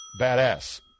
Badass